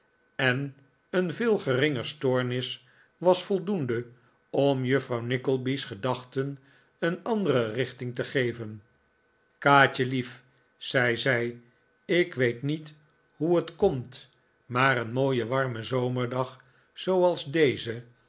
en een veel geringer stoornis was voldoende om juffrouw nickleby's gedachten een andere richting te geven kaatjelief zei zij ik weet niet hoe het komt maar een mooie warme zomerdag zooals deze